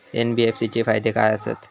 NBFC चे फायदे खाय आसत?